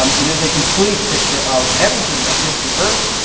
um it is a complete picture of everything that is the earth,